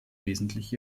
wesentlich